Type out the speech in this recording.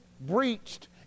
breached